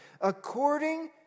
According